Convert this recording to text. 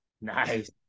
Nice